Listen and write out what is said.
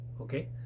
Okay